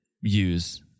use